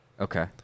Okay